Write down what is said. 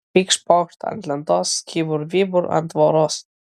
pykšt pokšt ant lentos kybur vybur ant tvoros